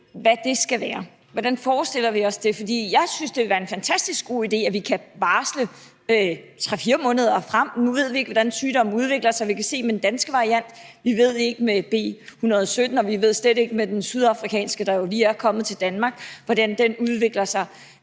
hvad det skal være. Hvordan forestiller vi os det? For jeg synes, det ville være en fantastisk god idé, hvis vi kunne varsle 3-4 måneder frem. Nu ved vi ikke, hvordan sygdommen udvikler sig. Vi kan se det med den danske variant, men vi ved det ikke med B.1.1.7, og vi ved det slet ikke med den sydafrikanske, der jo lige er kommet til Danmark, altså hvordan den udvikler sig.